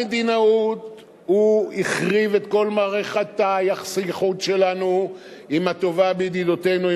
במדינאות הוא החריב את כל מערכת יחסי החוץ שלנו עם הטובה בידידותינו,